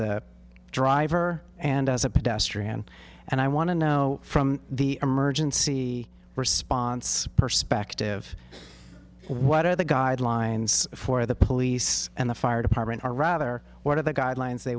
a driver and as a pedestrian and i want to know from the emergency response perspective what are the guidelines for the police and the fire department or rather what are the guidelines they